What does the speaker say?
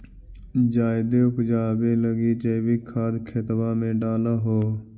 जायदे उपजाबे लगी जैवीक खाद खेतबा मे डाल हो?